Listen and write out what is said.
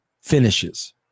finishes